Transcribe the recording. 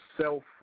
self